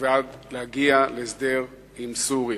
בעד להגיע להסדר עם סוריה,